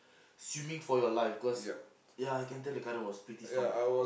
swimming for your life cause ya I can tell the current was pretty strong